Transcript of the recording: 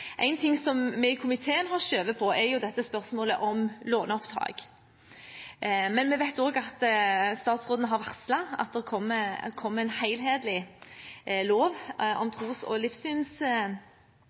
En ting som vi i komiteen har skjøvet på, er spørsmålet om låneopptak. Men vi vet også at statsråden har varslet at det kommer en helhetlig lov.